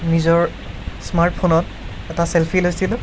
নিজৰ স্মাৰ্টফোনত এটা চেলফী লৈছিলোঁ